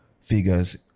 figures